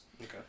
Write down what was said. okay